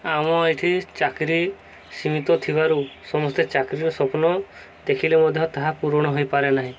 ଆମର ଏଠି ଚାକିରି ସୀମିତ ଥିବାରୁ ସମସ୍ତେ ଚାକିରିର ସ୍ୱପ୍ନ ଦେଖିଲେ ମଧ୍ୟ ତାହା ପୂୁରଣ ହୋଇପାରେ ନାହିଁ